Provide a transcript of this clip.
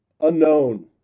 unknown